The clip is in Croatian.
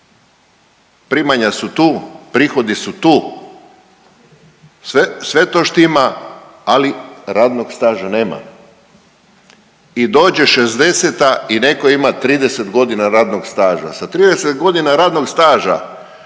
primanja su tu, prihodi su tu, sve, sve to štima, ali radnog staža nema i dođe 60-ta i neko ima 30.g. radnog staža, sa 30.g. radnog staža